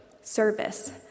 service